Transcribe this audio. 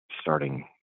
starting